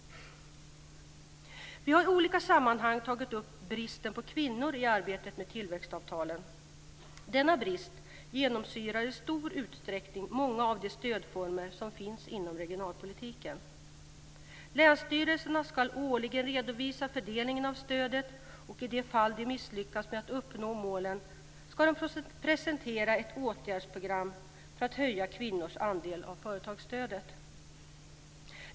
Vi har i olika sammanhang tagit upp bristen på kvinnor i arbetet med tillväxtavtalen. Denna brist genomsyrar i stor utsträckning många av de stödformer som finns inom regionalpolitiken. Länsstyrelserna ska årligen redovisa fördelningen av stödet och i de fall de misslyckas med att nå upp till målet ska de presentera ett åtgärdsprogram för att höja kvinnors andel av företagsstödet.